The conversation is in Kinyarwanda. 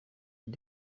iyi